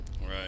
Right